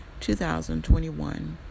2021